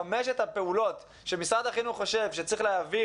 חמשת הפעולות שמשרד החינוך חושב שצריך להעביר,